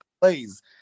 plays